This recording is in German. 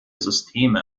systeme